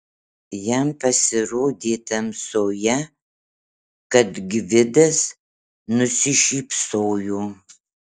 jam pasirodė tamsoje kad gvidas nusišypsojo